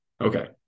okay